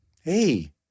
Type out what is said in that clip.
Hey